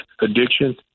addiction